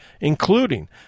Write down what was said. including